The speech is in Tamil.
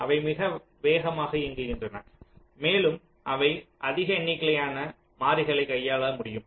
அவை மிக வேகமாக இயங்குகின்றன மேலும் அவை அதிக எண்ணிக்கையிலான மாறிகளைக் கையாள முடியும்